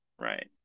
Right